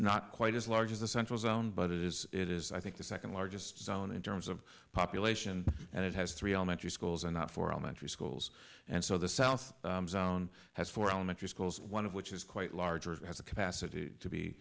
not quite as large as the central zone but it is it is i think the second largest zone in terms of population and it has three elementary schools and not for elementary schools and so the south has four elementary schools one of which is quite large or it has a capacity to be